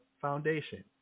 foundation